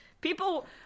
People